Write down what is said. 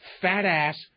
fat-ass